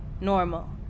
normal